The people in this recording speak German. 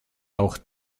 auch